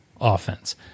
offense